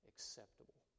Acceptable